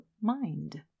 mind